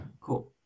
Cool